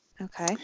Okay